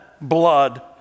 blood